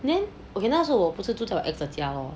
then okay 那时候我不是住在我 ex 的家 lor